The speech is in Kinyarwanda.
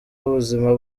ubuzima